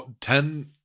ten